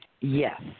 Yes